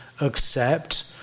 accept